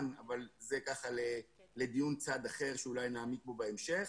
אבל זה לדיון בצד אחר שאולי נעמיק בו בהמשך.